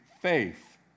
faith